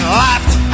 laughed